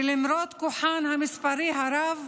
ולמרות כוחן המספרי הרב,